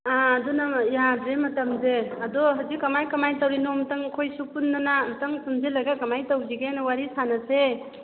ꯑꯥ ꯑꯗꯨꯅ ꯌꯥꯗ꯭ꯔꯦ ꯃꯇꯝꯁꯦ ꯑꯗꯣ ꯍꯧꯖꯤꯛ ꯀꯃꯥꯏ ꯀꯃꯥꯏꯅ ꯇꯧꯔꯤꯅꯣ ꯑꯃꯨꯛꯇꯪ ꯑꯩꯈꯣꯏꯁꯨ ꯄꯨꯟꯗꯅ ꯑꯃꯨꯛꯇꯪ ꯄꯨꯟꯁꯤꯜꯂꯒ ꯀꯃꯥꯏꯅ ꯇꯧꯁꯤꯒꯦꯅ ꯋꯥꯔꯤ ꯁꯥꯟꯅꯁꯦ